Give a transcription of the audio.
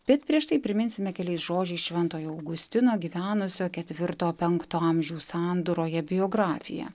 bet prieš tai priminsime keliais žodžiais šventojo augustino gyvenusio ketvirto penkto amžių sandūroje biografiją